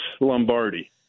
Lombardi